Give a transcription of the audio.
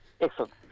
Excellent